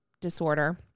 disorder